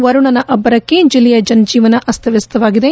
ವರುಣನ ಅಬ್ಬರಕ್ಕೆ ಜಿಲ್ಲೆಯ ಜನಜೀವನ ಅಸ್ತವ್ಯಸ್ತವಾಗಿದೆ